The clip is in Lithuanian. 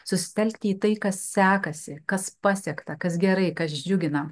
susitelkti į tai kas sekasi kas pasiekta kas gerai kas džiugina